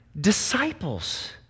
disciples